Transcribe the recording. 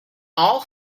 all